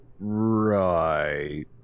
right